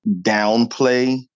downplay